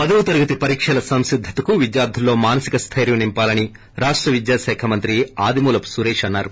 పదవ తరగతి పరీక్షల సంసిద్దతకు విద్యార్టుల్లో మానసిక స్టెర్యం నింపాలని రాష్ట విద్యాశాఖ మంత్రి ఆదిమూలపు సురేష్ అన్నారు